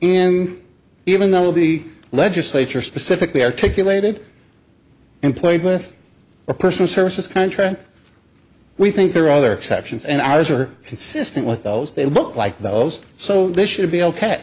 in even though the legislature specifically articulated employed with a personal services contract we think there are other exceptions and eyes are consistent with those they look like those so this should